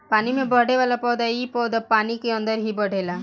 पानी में बढ़ेवाला पौधा इ पौधा पानी के अंदर ही बढ़ेला